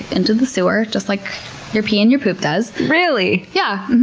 into the sewer, just like your pee and your poop does. really? yeah.